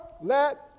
let